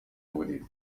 buriri